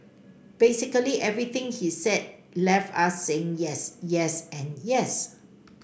basically everything he said left us saying yes yes and yes